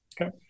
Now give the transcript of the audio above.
Okay